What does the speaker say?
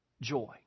Joy